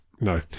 no